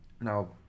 Now